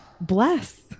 bless